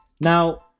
now